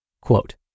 Quote